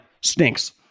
stinks